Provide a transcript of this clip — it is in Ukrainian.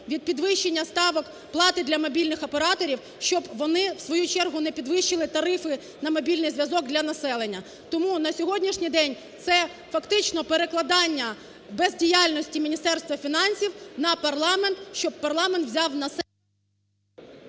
від підвищення ставок плати для мобільних операторів, щоб вони у свою чергу не підвищили тарифи на мобільний зв'язок для населення. Тому на сьогоднішній день це фактично перекладання бездіяльності Міністерства фінансів на парламент, щоб парламент взяв на себе…